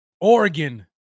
Oregon